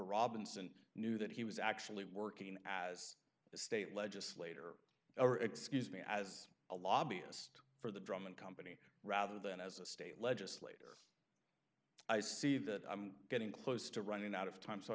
the robinson knew that he was actually working as a state legislator or excuse me as a lobbyist for the drummond company rather than as a state legislator i see that i'm getting close to running out of time so